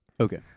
okay